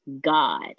God